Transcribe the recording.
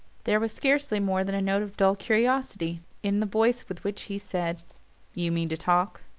there was scarcely more than a note of dull curiosity in the voice with which he said you mean to talk?